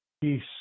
peace